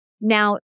Now